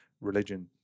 religion